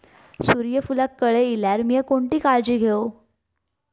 सूर्यफूलाक कळे इल्यार मीया कोणती काळजी घेव?